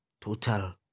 total